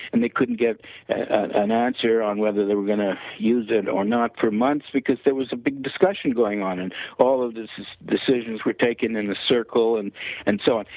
and they couldn't get an answer on whether they were going to use it or not for months, because there was a big discussion going on and all of the decisions were taken in the circle and and so on,